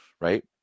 right